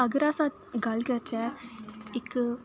अगर अस गल्ल करचै इक